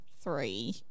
three